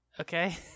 Okay